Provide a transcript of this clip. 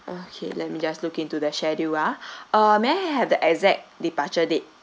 okay let me just look into the schedule ah uh may I have the exact departure date